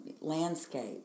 landscape